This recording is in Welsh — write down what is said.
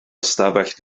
ystafell